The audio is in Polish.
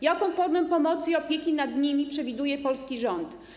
Jaką formę pomocy i opieki nad nimi przewiduje polski rząd?